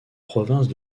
provinces